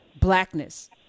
blackness